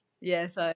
yes